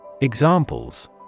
Examples